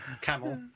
camel